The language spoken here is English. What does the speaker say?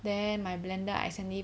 then my blender I suddenly